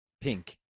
Pink